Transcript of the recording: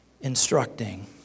instructing